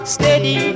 Steady